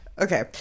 Okay